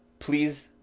please,